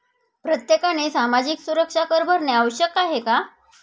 प्रत्येकाने सामाजिक सुरक्षा कर भरणे आवश्यक आहे का?